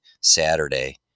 Saturday